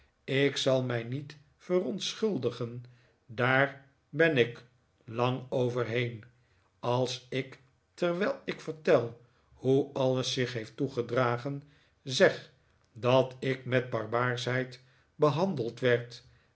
ik zal mij niet verontschuldigen daar ben ik lang over heen als ik terwijl ik vertel hoe alles zich heeft toegedragen zeg dat ik met barbaarschheid behandeld werd